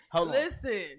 Listen